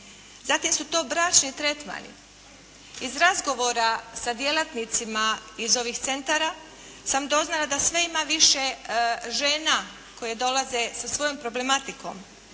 zatim su to bračni tretmani. Iz razgovora sa djelatnicima iz ovih centara sam doznala da sve ima više žena koje dolaze sa svojom problematikom.